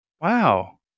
Wow